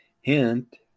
Hint